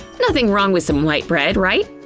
nothing wrong with some white bread, right?